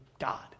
God